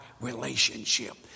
relationship